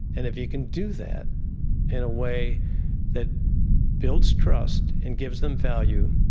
and if you can do that in a way that builds trust and gives them value,